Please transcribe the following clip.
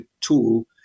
tool